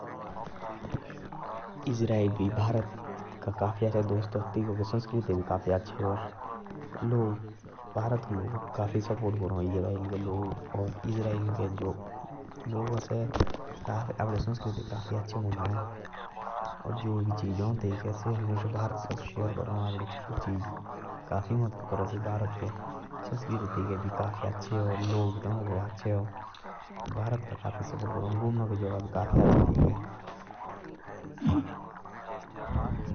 इज़राइल के संस्कृति काफी अच्छा आ। से भारत के लोगो का काफी सपोर्ट करा। और भारत के लोग भी काफी सपोर्ट करा इज़राइल के लोगो का।